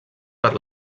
per